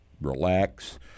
relax